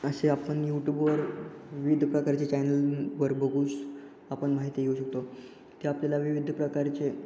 असे आपण यूटूबवर विविध प्रकारचे चॅनलवर बघू आपण माहिती घेऊ शकतो ते आपल्याला विविध प्रकारचे